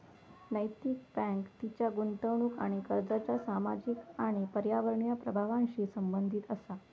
नैतिक बँक तिच्या गुंतवणूक आणि कर्जाच्या सामाजिक आणि पर्यावरणीय प्रभावांशी संबंधित असा